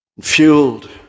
fueled